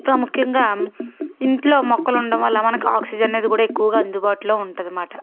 ప్రాముఖ్యంగా ఇంట్లో మొక్కలు ఉండటం వల్ల మనకు ఆక్సిజన్ అనేది కూడా ఎక్కువగా అందుబాటులో ఉంటదన్నమాట